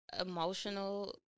emotional